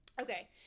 okay